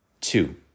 Two